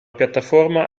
piattaforma